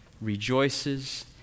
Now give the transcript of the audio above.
rejoices